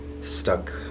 stuck